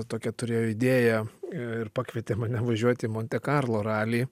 tokią turėjo idėją ir pakvietė mane važiuot į monte karlo ralį